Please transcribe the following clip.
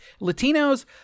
Latinos